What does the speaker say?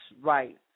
right